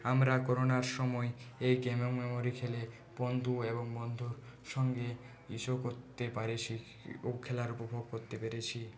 আমরা করোনার সময় এই গেমিং মেমোরি খেলে বন্ধু এবং বন্ধুর সঙ্গে এসব করতে পেরেছি ও খেলার উপভোগ করতে পেরেছি